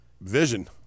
vision